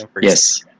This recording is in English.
Yes